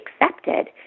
accepted